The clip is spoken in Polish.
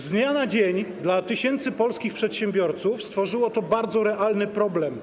Z dnia na dzień dla tysięcy polskich przedsiębiorców stworzyło to bardzo realny problem,